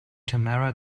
tamara